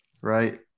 Right